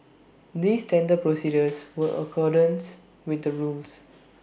these tender procedures were in accordance with the rules